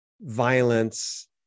violence